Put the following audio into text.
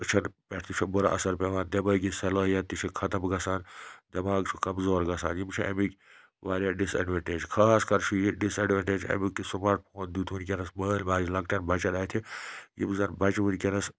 أچھَن پٮ۪ٹھ تہِ چھُ بُرٕ اثر پٮ۪وان دٮ۪مٲغی صلٲحیت تہِ چھِ ختم گژھان دٮ۪ماغ چھُ کمزور گژھان یِم چھِ اَمِکۍ واریاہ ڈِس اٮ۪ڈوٮ۪نٛٹیج خاص کَر چھُ یہِ ڈِس اٮ۪ڈوٮ۪نٛٹیج اَمیُک یہِ سٕماٹ فون دیُت وٕنکٮ۪نَس مٲلۍ ماجہِ لۄکٹٮ۪ن بَچَن اَتھِ یِم زَنہٕ بَچہِ وٕنکٮ۪نَس